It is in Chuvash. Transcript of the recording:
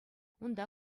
унта